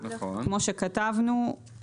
כמו שכתבתנו,